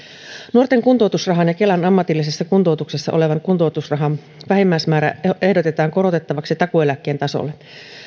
nuoren kuntoutusrahan ja kelan ammatillisessa kuntoutuksessa olevan kuntoutusrahan vähimmäismäärä ehdotetaan korotettavaksi takuueläkkeen tasolle